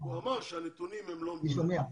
הוא אמר שהנתונים הם לא מדויקים